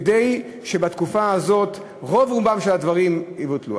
כדי שבתקופה הזאת רוב-רובם של הדברים יבוטלו.